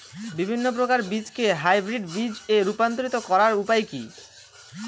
বিভিন্ন প্রকার বীজকে হাইব্রিড বীজ এ রূপান্তরিত করার উপায় কি?